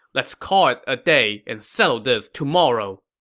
let's call it a day and settle this tomorrow.